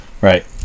Right